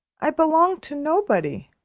i belong to nobody.